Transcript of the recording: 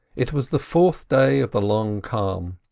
it was the fourth day of the long calm.